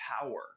power